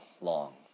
long